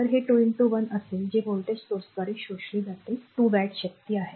तर ते 2 1 असेल जे व्होल्टेज स्त्रोताद्वारे शोषले जाणारे 2 watt शक्ती आहे